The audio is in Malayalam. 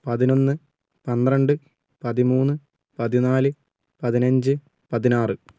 പതിനോന്ന് പത്രണ്ട് പതിമൂന്ന് പതിനാല് പതിനഞ്ച് പതിനാറ്